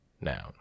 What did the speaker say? Noun